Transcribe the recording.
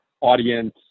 audience